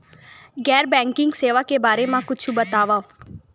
गैर बैंकिंग सेवा के बारे म कुछु बतावव?